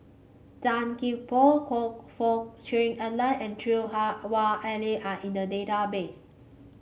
Tan Gee Paw Choe Fook Cheong Alan and Lui Hah Wah Elena are in the database